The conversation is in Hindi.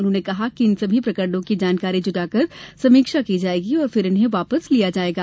उन्होंने कहा इन सभी प्रकरणों की जानकारी जुटाकर समीक्षा की जायेगी और फिर इन्हें वापस लिया जायेगा